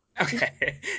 Okay